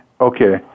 Okay